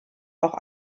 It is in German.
auch